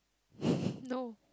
no